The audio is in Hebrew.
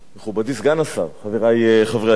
מכובדי סגן השר, חברי חברי הכנסת,